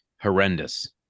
horrendous